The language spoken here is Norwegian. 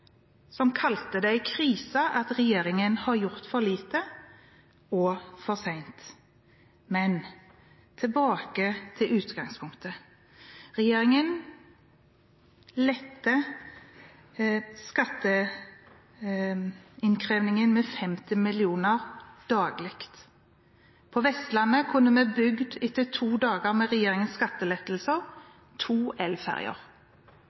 kalte det en krise at regjeringen har gjort «for lite, for sent». Men tilbake til utgangspunktet. Regjeringen letter skatteinnkrevingen med 50 mill. kr daglig. På Vestlandet kunne vi etter to dager med regjeringens skattelettelser